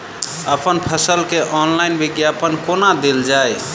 अप्पन फसल केँ ऑनलाइन विज्ञापन कोना देल जाए?